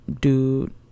dude